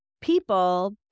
people